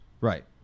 Right